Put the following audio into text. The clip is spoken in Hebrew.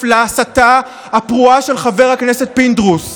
להסתה הפרועה של חבר הכנסת פינדרוס.